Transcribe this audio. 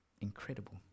Incredible